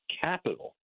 capital